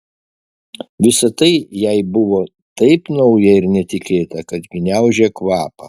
visa tai jai buvo taip nauja ir netikėta kad gniaužė kvapą